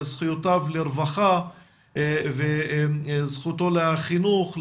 זכויותיו לרווחה וזכותו לחינוך,